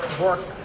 work